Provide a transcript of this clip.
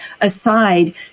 aside